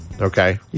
Okay